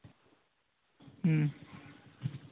ᱦᱩᱸ